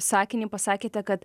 sakinį pasakėte kad